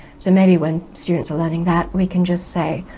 so maybe when students are learning that we can just say,